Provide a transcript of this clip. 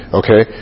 okay